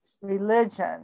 religion